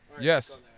yes